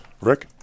Rick